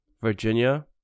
Virginia